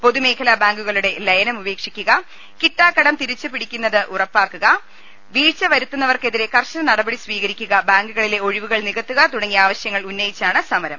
പൊതുമേഖലാ ബാങ്കുകളുടെ ലയനം ഉപേക്ഷിക്കുക കിട്ടാക്കടം തിരിച്ചുപിടിക്കുന്നത് ഉറപ്പാക്കുക വീഴ്ച വരുത്തുന്നവർക്കെ തിരെകർശന നടപടി സ്വീകരിക്കുക ബാങ്കുകളിലെ ഒഴിവുകൾ നികത്തുക തുടങ്ങിയ ആവശ്യങ്ങൾ ഉന്നയിച്ചാണ് സമരം